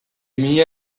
mila